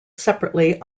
separately